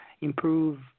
improve